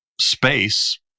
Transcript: space